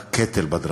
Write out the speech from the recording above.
בקטל בדרכים.